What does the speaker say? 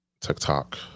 TikTok